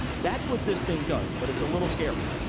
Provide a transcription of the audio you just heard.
that's what this thing does, but it's a little scary.